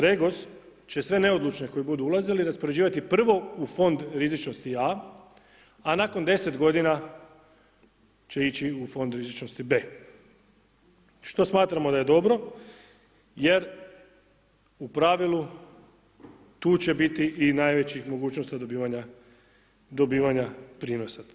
REGOS će sve neodlučne koji budu ulazili raspoređivati prvo u fond rizičnosti A a nakon 10 g. će ići u fond rizičnosti B, što smatramo da je dobro, jer u pravilu, tu će biti i najvećih mogućnosti dobivanja prinosa.